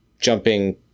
jumping